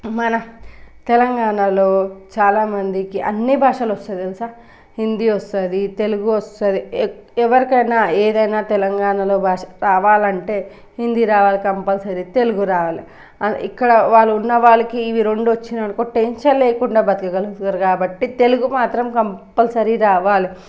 మన తెలంగాణలో చాలామందికి అన్ని భాషలు వస్తాయి తెలుసా హిందీ వస్తుంది తెలుగు వస్తుంది ఎక్కు ఎవరికైనా ఏదైనా తెలంగాణలో భాష రావలి అంటే హిందీ రావాలి కంపల్సరీ తెలుగు రావాలి ఇక్కడ వాళ్ళు ఉన్నవాళ్ళకి ఇవి రెండు వచ్చినాయి అనుకో టెన్షన్ లేకుండా బతికేయ గలుగుతారు కాబట్టి తెలుగు మాత్రం కంపల్సరీ రావాలి